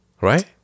Right